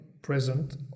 present